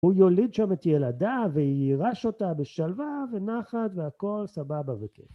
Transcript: ‫הוא יוליד שם את ילדיו, ‫ויירש אותה בשלווה ונחת, ‫והכול סבבה וכיף.